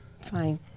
Fine